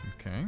Okay